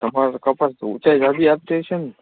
તમારે તો કપાસ તો ઊંચાઈ ઝાઝી આવતી હશે ને